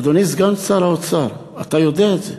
אדוני סגן שר האוצר, אתה יודע את זה.